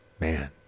man